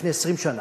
לפני 20 שנה,